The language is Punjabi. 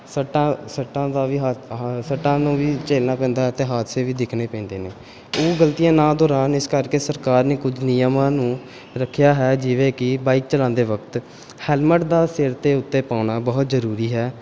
ਸੱਟਾਂ ਸੱਟਾਂ ਦਾ ਵੀ ਹਾ ਹਾ ਸੱਟਾਂ ਨੂੰ ਵੀ ਝੇਲਣਾ ਪੈਂਦਾ ਹੈ ਅਤੇ ਹਾਦਸੇ ਵੀ ਦੇਖਣੇ ਪੈਂਦੇ ਨੇ ਉਹ ਗਲਤੀਆਂ ਨਾ ਦੌਰਾਨ ਇਸ ਕਰਕੇ ਸਰਕਾਰ ਨੇ ਕੁਝ ਨਿਯਮਾਂ ਨੂੰ ਰੱਖਿਆ ਹੈ ਜਿਵੇਂ ਕਿ ਬਾਈਕ ਚਲਾਉਂਦੇ ਵਕਤ ਹੈਲਮਟ ਦਾ ਸਿਰ ਤੇ ਉੱਤੇ ਪਾਉਣਾ ਬਹੁਤ ਜ਼ਰੂਰੀ ਹੈ